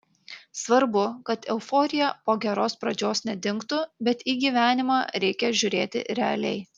svarbu kad euforija po geros pradžios nedingtų bet į gyvenimą reikia žiūrėti realiai